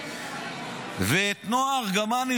ואת נועה ארגמני,